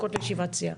לישיבת הסיעה.